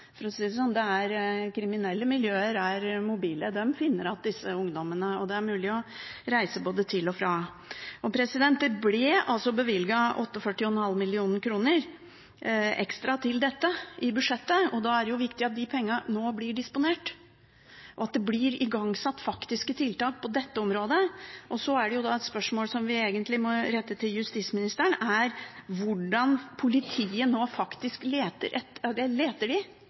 for å si det sånn. Kriminelle miljøer er mobile – de finner igjen disse ungdommene – og det er mulig å reise både til og fra. Det ble altså bevilget 48,5 mill. kr ekstra til dette i budsjettet, og da er det viktig at disse pengene nå blir disponert, og at det faktisk blir igangsatt tiltak på dette området. Og så er det et spørsmål som vi egentlig må rette til justisministeren, og det er om politiet nå faktisk leter etter disse ungdommene? Har de ressurser til det? Gjør de